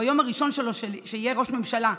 ביום הראשון שלו כשיהיה ראש ממשלה,